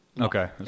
Okay